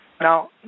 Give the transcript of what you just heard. Now